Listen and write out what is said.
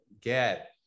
get